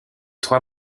trois